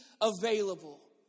available